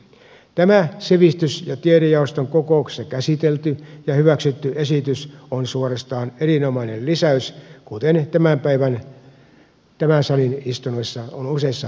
tämä sivistys ja tiedejaoston kokouksessa käsitelty ja hyväksytty esitys on suorastaan erinomainen lisäys kuten tämän salin tämän päivän istunnossa on useissa puheenvuoroissa todettu